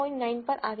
9 પર આવી છે